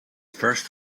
first